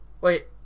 Wait